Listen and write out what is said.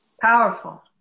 Powerful